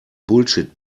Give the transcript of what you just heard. bullshit